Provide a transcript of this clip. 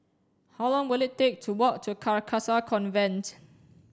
how long will it take to walk to Carcasa Convent